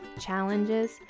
challenges